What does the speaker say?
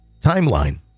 timeline